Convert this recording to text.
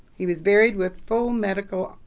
he was buried with full medical,